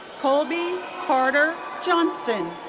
colby carter johnston.